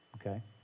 okay